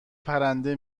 پرنده